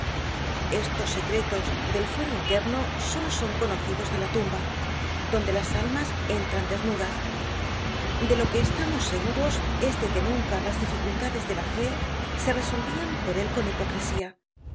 estos secretos del fuero interno solo son conocidos de la tumba donde las almas entran desnudas de lo que estamos seguros es de que nunca las dificultades de la fé se resolvian por él con hipocresía